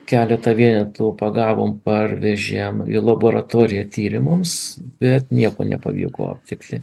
keletą vienetų pagavom parvežėm laboratoriją tyrimams bet nieko nepavyko aptikti